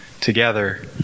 together